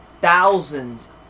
thousands